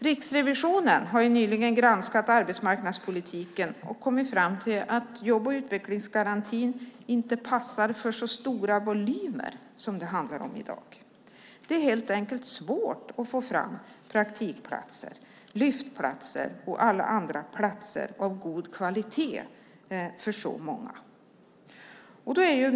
Riksrevisionen har nyligen granskat arbetsmarknadspolitiken och kommit fram till att jobb och utvecklingsgarantin inte passar för så stora volymer som det handlar om i dag. Det är helt enkelt svårt att få fram praktikplatser, Lyftplatser och andra platser av god kvalitet för så många.